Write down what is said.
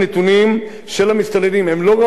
הם לא ראו את הבעיה לפני שלוש שנים,